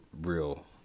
real